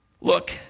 Look